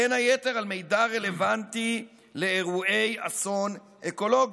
בין היתר על מידע רלוונטי לאירועי אסון אקולוגי.